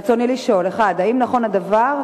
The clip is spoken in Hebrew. ברצוני לשאול: 1. האם נכון הדבר?